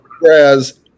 Whereas